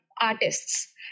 artists